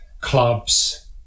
clubs